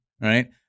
right